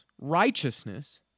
righteousness